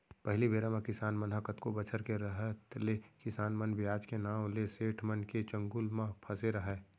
पहिली बेरा म किसान मन ह कतको बछर के रहत ले किसान मन बियाज के नांव ले सेठ मन के चंगुल म फँसे रहयँ